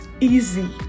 easy